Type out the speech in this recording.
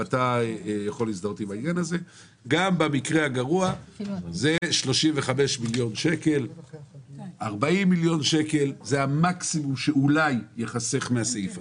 גם במקרה הגרוע 35 40 מיליון שקל זה המקסימום שאולי יחסך מהסעיף הזה.